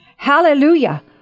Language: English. Hallelujah